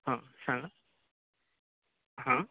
हां सांगा